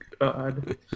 God